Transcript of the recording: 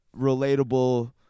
relatable